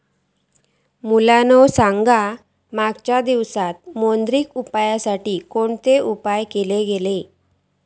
पोरांनो सांगा मागच्या दिवसांत मौद्रिक सुधारांसाठी कोणते उपाय केल्यानी?